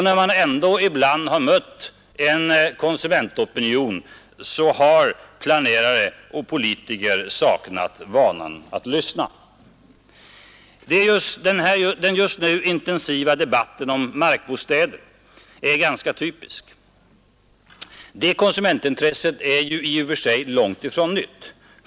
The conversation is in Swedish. När man ändå ibland mött en konsumentopinion har planerare och politiker saknat vanan att lyssna. Den just nu intensiva debatten om markbostäder är ganska typisk. Det konsumentintresset är ju i och för sig långt ifrån nytt.